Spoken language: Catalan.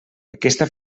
aquesta